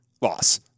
loss